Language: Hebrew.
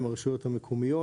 עם הרשויות המקומיות,